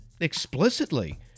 explicitly